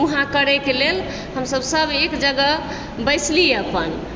वहाँ करयके लेल हमसभ सब एक जगह बैसली अपन